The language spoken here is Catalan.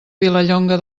vilallonga